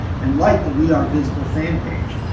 and like the we are visible fan page.